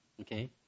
okay